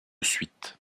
suite